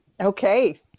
Okay